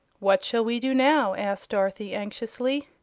what shall we do now? asked dorothy, anxiously.